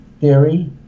theory